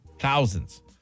Thousands